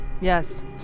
Yes